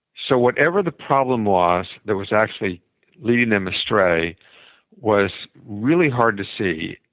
so whatever the problem was that was actually leading them astray was really hard to see.